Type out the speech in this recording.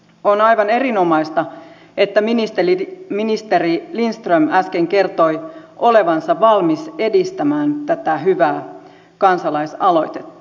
on aivan erinomaista että ministeri lindström äsken kertoi olevansa valmis edistämään tätä hyvää kansalaisaloitetta